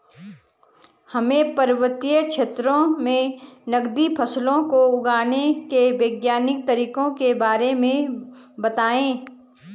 हमें पर्वतीय क्षेत्रों में नगदी फसलों को उगाने के वैज्ञानिक तरीकों के बारे में बताइये?